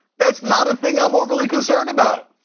that's not a thing i'm overly concerned about.